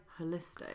holistic